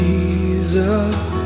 Jesus